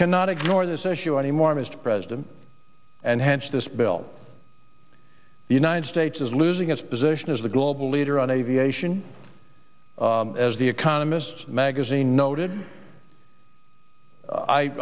cannot ignore this issue anymore mr president and hence this bill the united states is losing its position as the global leader on aviation as the economist magazine noted i